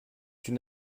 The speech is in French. une